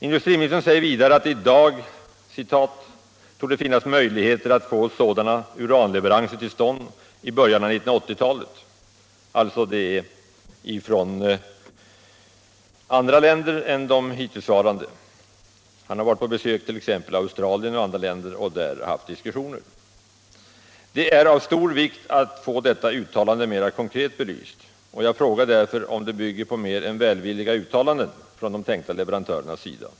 Industriministern säger vidare att ”i dag torde det finnas möjligheter att få sådana leveranser” — uranleveranser — ”till stånd i början av 1980 talet”. Det blir från andra länder än de hittillsvarande leverantörländerna. Industriministern har varit på besök i Australien och i andra länder och där haft diskussioner. Det är av stor vikt att få detta uttalande mer konkret belyst, och jag frågar därför om det bygger på mer än välvilliga uttalanden från de tänkta leverantörernas sida.